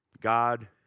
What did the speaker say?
God